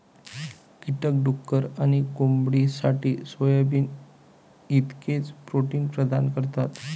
कीटक डुक्कर आणि कोंबडीसाठी सोयाबीन इतकेच प्रोटीन प्रदान करतात